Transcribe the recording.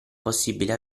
possibile